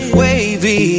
wavy